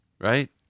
right